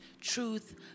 truth